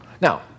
Now